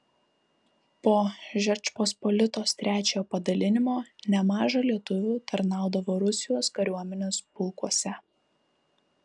po žečpospolitos trečiojo padalinimo nemaža lietuvių tarnaudavo rusijos kariuomenės pulkuose